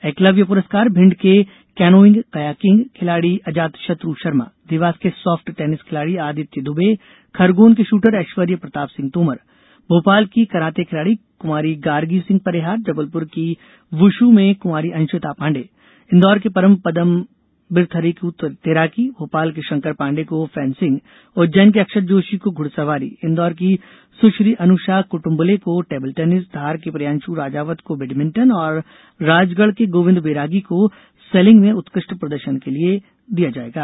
एकलव्य पुरस्कार भिण्ड के canoeing kayaking खिलाड़ी अजातशत्र शर्मा देवास के सॉफ्ट टेनिस खिलाड़ी आदित्य दुबे खरगौन के शूटर ऐश्वर्य प्रताप सिंह तोमर भोपाल की कराते खिलाड़ी कु गार्गी सिंह परिहार जबलपुर की वूशु में कु अंशिता पाण्डे इंदौर के परम पदम् बिरथरे को तैराकी भोपाल के शंकर पाण्डेय को फैंसिंग उज्जैन के अक्षत जोशी को घुड़सवारी इंदौर की सुश्री अनुषा कुटुम्बले को टेबल टेनिस धार के प्रियांश् राजावत को बैडमिंटन और राजगढ़ के गोविन्द बैरागी को सेलिंग में उत्कृष्ट प्रदर्शन के लिए दिया जाएगा